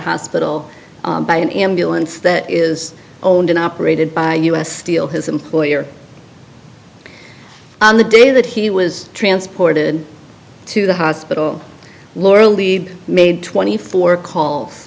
hospital by an ambulance that is owned and operated by u s steel his employer on the day that he was transported to the hospital laura lee made twenty four call